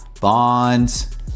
bonds